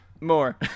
More